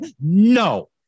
No